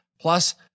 plus